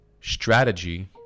Strategy